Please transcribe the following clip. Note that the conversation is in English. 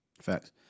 Facts